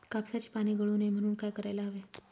कापसाची पाने गळू नये म्हणून काय करायला हवे?